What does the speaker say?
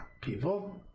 people